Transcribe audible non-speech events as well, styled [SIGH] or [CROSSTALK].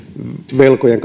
velkojen [UNINTELLIGIBLE]